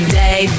day